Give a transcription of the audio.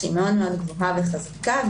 שהיא מאוד גבוהה וחזקה,